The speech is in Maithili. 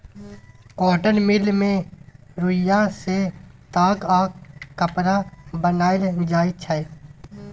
कॉटन मिल मे रुइया सँ ताग आ कपड़ा बनाएल जाइ छै